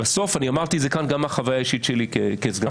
בסוף אמרתי את זה כאן גם מהחוויה האישית שלי כסגן שר.